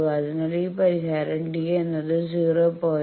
അതിനാൽ ഈ പരിഹാരം d എന്നത് 0